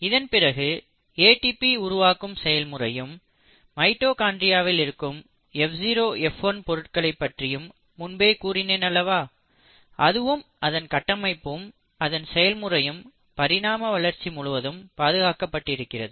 இதன்பிறகு ஏடிபி உருவாக்கும் செயல் முறையும் மைட்டோகாண்ட்ரியாவில் இருக்கும் F0 F1 பொருட்களைப் பற்றி முன்பு கூறினேன் அல்லவா அதுவும் அதன் கட்டமைப்பும் அதன் செயல் முறையும் பரிணாம வளர்ச்சி முழுவதும் பாதுகாக்கப்பட்டு இருக்கிறது